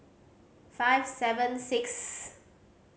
five seven sixth